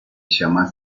llama